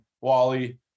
Wally